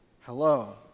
Hello